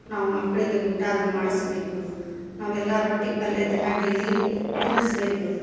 ನಾವು ಮಕ್ಕಳಿಗೆ ಊಟ ಅದನ್ನು ಮಾಡಿಸ್ಬೇಕು ನಾವು ಎಲ್ಲ ರೊಟ್ಟಿ ಪಲ್ಯ ದಿನ ಡೇಲಿ ತಿನ್ನಿಸ್ಬೇಕು